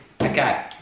Okay